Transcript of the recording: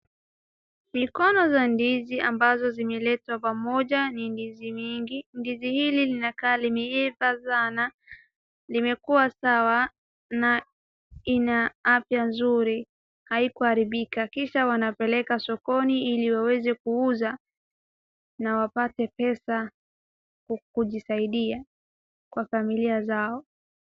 Mikono za ndizi ambazo zimeletwa pamoja, ni ndizi mingi. Ndizi hili linakaa limeiva sana, limekuwa sawa na ina afya nzuri. Haikuharibika. Kisha wanapeleka sokoni ili waweze kuuza na wapate pesa kujisaidia kwa familia zao.